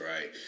right